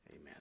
Amen